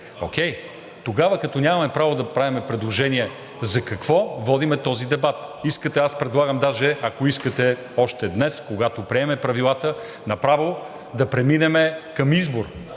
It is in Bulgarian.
Окей. Тогава, като нямаме право да правим предложения, за какво водим този дебат? Аз предлагам даже, ако искате още днес, когато приемем Правилата, направо да преминем към избор.